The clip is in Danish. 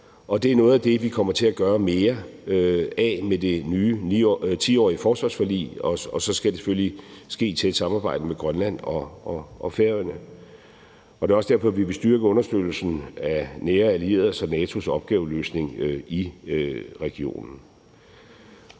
og det er noget af det, vi kommer til at gøre mere af med det nye 10-årige forsvarsforlig, og så skal det selvfølgelig ske i tæt samarbejde med Grønland og Færøerne. Det er også derfor, vi vil styrke understøttelsen af nære allieredes og NATO's opgaveløsning i regionen.